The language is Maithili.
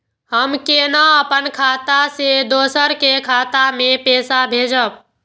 हम केना अपन खाता से दोसर के खाता में पैसा भेजब?